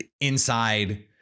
inside